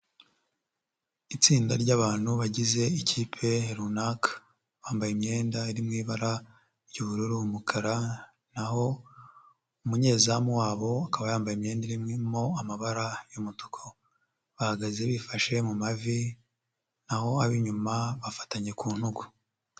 Itsinda ry'abantu bagize ikipe runaka, bambaye imyenda iri mu ibara ry'ubururu umukara, na ho umunyezamu wabo akaba yambaye imyenda irimo amabara y'umutuku bahagaze bifashe mu mavi, na ho ab'inyuma bafatanye ku ntugu.